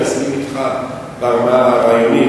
אני מסכים אתך ברמה הרעיונית,